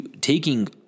taking